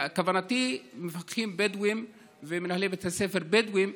כוונתי למפקחים בדואים ולמנהלי בתי ספר בדואים,